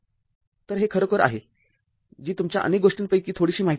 तर हे खरोखरच आहे जी तुमच्या अनेक गोष्टींपैकी थोडीशी माहिती आहे